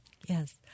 Yes